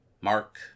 Mark